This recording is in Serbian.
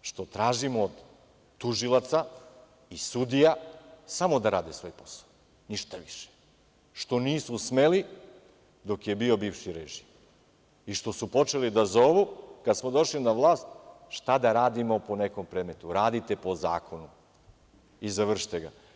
što tražimo od tužilaca i sudija samo da rade svoj posao, ništa više, što nisu smeli dok je bio bivši režim i što su počeli da zovu kad smo došli na vlast, šta da radimo po nekom predmetu, radite po zakonu i završite ga.